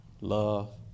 love